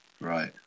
Right